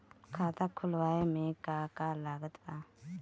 खाता खुलावे मे का का लागत बा?